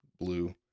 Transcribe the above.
blue